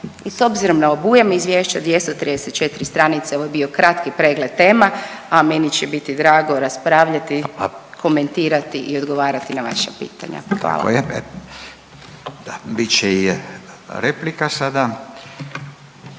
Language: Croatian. i s obzirom na obujam izvješće 234. stranice, ovo je bio kratki pregled tema, a meni će biti drago raspravljati, komentirati i odgovarati na vaša pitanja. **Radin, Furio